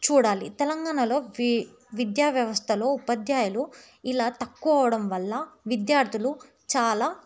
చూడాలి తెలంగాణలో వే విద్యా వ్యవస్థలో ఉపాధ్యాయులు ఇలా తక్కువ అవడం వల్ల విద్యార్థులు చాలా